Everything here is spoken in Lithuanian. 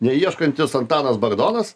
neieškantis antanas bagdonas